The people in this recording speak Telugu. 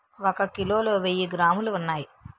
ఒక కిలోలో వెయ్యి గ్రాములు ఉన్నాయి